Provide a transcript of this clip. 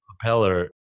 propeller